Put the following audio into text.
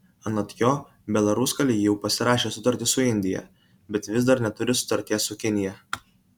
anot jo belaruskalij jau pasirašė sutartį su indija bet vis dar neturi sutarties su kinija